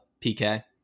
PK